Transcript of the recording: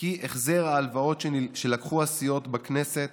כי החזר ההלוואות שלקחו הסיעות בכנסת